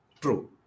True